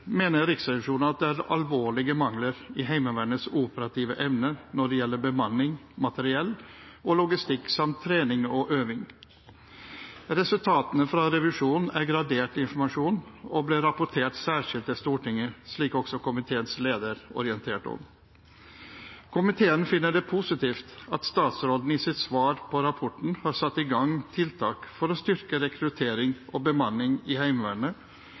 mener Riksrevisjonen at det er alvorlige mangler i Heimevernets operative evne når det gjelder bemanning, materiell og logistikk samt trening og øving. Resultatet fra revisjonen er gradert informasjon og ble rapportert særskilt til Stortinget, slik også komiteens leder orienterte om. Komiteen finner det positivt at statsråden som svar på rapporten har satt i gang tiltak for å styrke rekruttering og bemanning i Heimevernet,